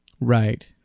Right